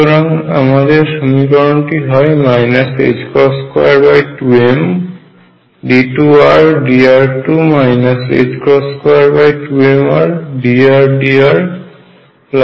সুতরাং আমাদের সমীকরণটি হয় 22md2Rdr2 22mrdRdrll122mr2RVrRER